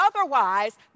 otherwise